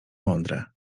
mądre